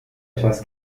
etwas